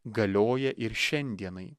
galioja ir šiandienai